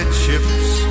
chips